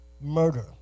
murder